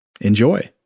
Enjoy